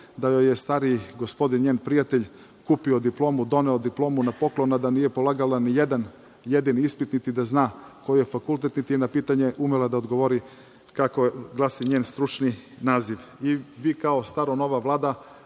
da joj je stariji gospodin, njen prijatelj kupio diplomu, doneo diplomu na poklon, a da nije polagala ni jedan jedini ispit niti da zna koji je fakultet, niti bi na pitanje umela da odgovori kako glasi njen stručni naziv. Vi kao stara nova Vlada